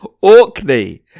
Orkney